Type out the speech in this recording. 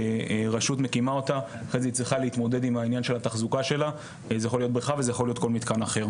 שכן אבל אחרי שהתכנית חתומה אתה לא יכול לעשות שום דבר.